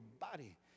body